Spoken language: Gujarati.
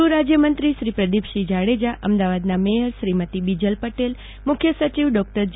ગૂહ રાજ્યમંત્રી શ્રી પ્રદીપસિંહ જાડેજા અમદાવાદના મેયર શ્રીમતી બીજલ પટેલ મુખ્ય સચિવ ડોક્ટર જે